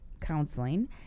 counseling